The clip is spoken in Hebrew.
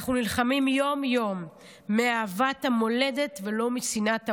"אנחנו נלחמים יום-יום מאהבת המולדת ולא משנאת האויב.